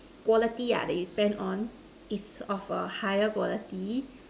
quality ya that you spend on is of a higher quality